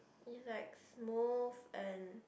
it's like smooth and